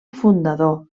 fundador